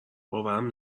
باورم